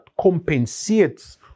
compensates